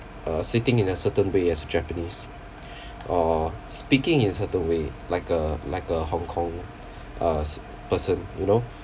uh sitting in a certain way as japanese or speaking in certain way like a like a hong kong uh ci~ person you know